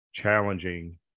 challenging